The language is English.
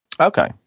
okay